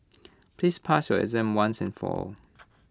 please pass your exam once and for all